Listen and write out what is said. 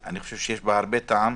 יש בה הרבה טעם.